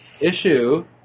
issue